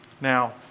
Now